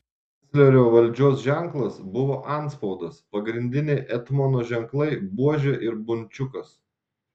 kanclerio valdžios ženklas buvo antspaudas pagrindiniai etmono ženklai buožė ir bunčiukas